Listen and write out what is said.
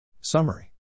Summary